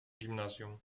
gimnazjum